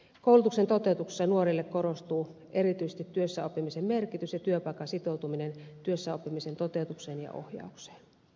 koulutuksen toteutuksessa nuorille korostuu erityisesti työssäoppimisen merkitys ja työpaikan sitoutuminen työssäoppisen toteutukseen ja ohjaukseen